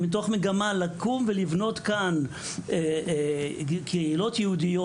ומתוך מגמה של לקום ולבנות כאן קהילות יהודיות